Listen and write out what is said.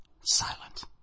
silent